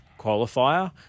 qualifier